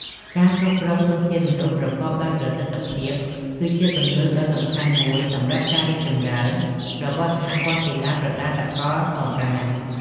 ការគ្រប់គ្រងធនធានមនុស្សប្រកបដោយប្រសិទ្ធភាព គឺជាគន្លឹះដ៏សំខាន់មួយសម្រាប់ការរីកចម្រើនរបស់សហព័ន្ធកីឡាប្រដាល់សកលផងដែរ។